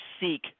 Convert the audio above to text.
seek